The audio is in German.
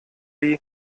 die